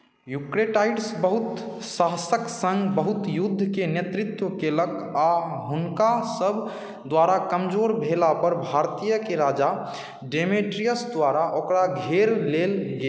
Eucratides बहुत साहसके सङ्ग बहुत युद्धके नेतृत्व केलक आओर हुनकासब द्वारा कमजोर भेलापर भारतीयके राजा डेमेट्रियस द्वारा ओकरा घेर लेल गेल